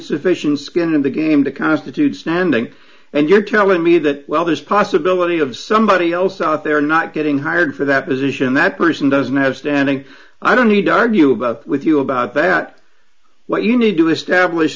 positions skin in the game to constitute standing and you're telling me that well there's possibility of somebody else out there not getting hired for that position that person doesn't have standing i don't need to argue about with you about that what you need to establish